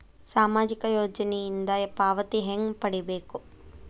ಸಾಮಾಜಿಕ ಯೋಜನಿಯಿಂದ ಪಾವತಿ ಹೆಂಗ್ ಪಡಿಬೇಕು?